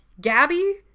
Gabby